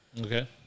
Okay